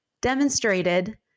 demonstrated